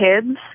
kids